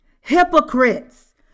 Hypocrites